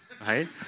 Right